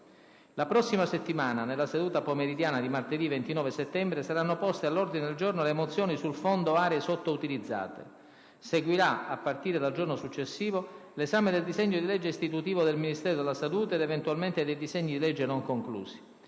La prossima settimana, nella seduta pomeridiana di martedì 29 settembre saranno poste all'ordine del giorno le mozioni sul Fondo aree sottoutilizzate. Seguirà, a partire dal giorno successivo, l'esame del disegno di legge istitutivo del Ministero della salute ed eventualmente dei disegni di legge non conclusi.